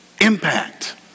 impact